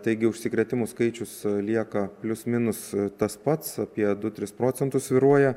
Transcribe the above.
taigi užsikrėtimų skaičius lieka plius minus tas pats apie du tris procentus svyruoja